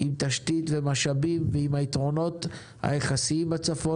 עם תשתית ומשאבים ועם היתרונות היחסיים בצפון